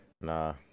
nah